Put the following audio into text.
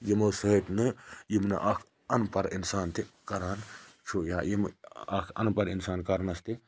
یِمو سۭتۍ نہٕ یِم نہٕ اکھ اَنپَڑھ اِنسان تہِ کَران چھُ یا یِم اکھ اَن پَڑھ اِنسان تہِ کَرنَس